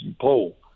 poll